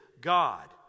God